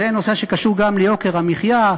זה נושא שקשור גם ליוקר המחיה,